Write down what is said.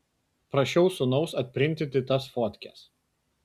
prašiau sūnaus atprintinti tas fotkes